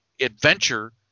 adventure